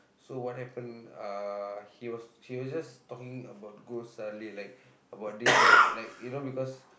so what happen uh he was he was just talking about ghost suddenly like about this like you know because